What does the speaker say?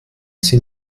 sie